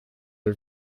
are